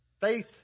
Faith